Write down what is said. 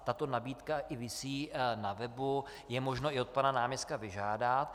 Tato nabídka i visí na webu, je možno ji od pana náměstka vyžádat.